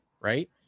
Right